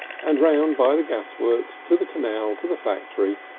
and round by the gasworks to the canal to the factory,